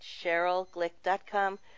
CherylGlick.com